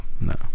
no